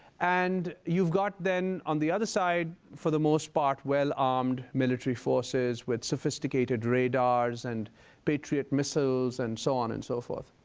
and you've got then on the other side, for the most part, well-armed military forces with sophisticated radars and patriot missiles and so on and so forth.